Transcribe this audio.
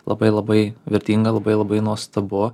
labai labai vertinga labai labai nuostabu